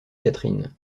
catherine